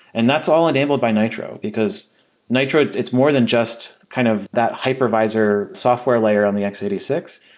and that's all enabled by nitro, because nitro, it's more than just kind of that hypervisor software layer on the x eight six.